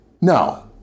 No